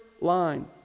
line